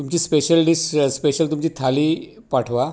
तुमची special dish special तुमची थाली पाठवा